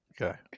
Okay